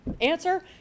answer